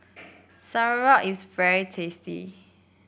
sauerkraut is very tasty